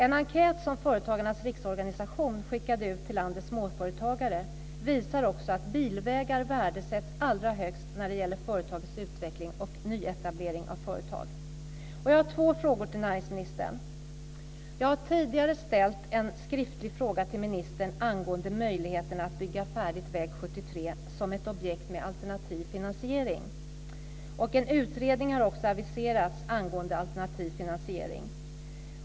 En enkät som Företagarnas riksförbund skickade ut till landets småföretagare visar också att bilvägar värdesätts allra högst när det gäller företags utveckling och nyetablering av företag. Jag har två frågor till näringsministern: Jag har tidigare ställt en skriftlig fråga till ministern angående möjligheten att bygga färdigt väg 73 som ett objekt med alternativ finansiering. En utredning har också aviserats angående alternativ finansiering.